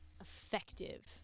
effective